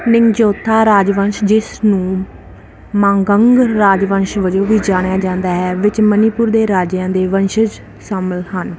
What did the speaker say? ਨਿੰਗਥੌਜਾ ਰਾਜਵੰਸ਼ ਜਿਸ ਨੂੰ ਮਾਂਗੰਗ ਰਾਜਵੰਸ਼ ਵਜੋਂ ਵੀ ਜਾਣਿਆ ਜਾਂਦਾ ਹੈ ਵਿੱਚ ਮਨੀਪੁਰ ਦੇ ਰਾਜਿਆਂ ਦੇ ਵੰਸ਼ਜ ਸ਼ਾਮਲ ਹਨ